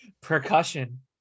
Percussion